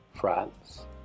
France